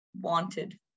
wanted